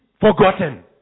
forgotten